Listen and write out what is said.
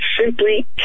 simply